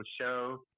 show